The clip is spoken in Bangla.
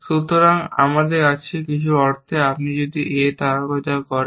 সুতরাং আমাদের আছে কিছু অর্থে আপনি যদি A তারকা যা করেন